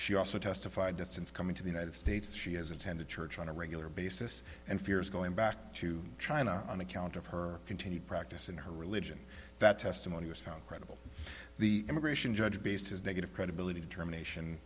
she also testified that since coming to the united states she has attended church on a regular basis and fears going back to china on account of her continued practice in her religion that testimony was found credible the immigration judge based his negative credibility determination